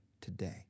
today